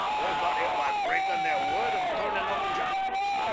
they got it by breaking their word and turnin' out jackmans,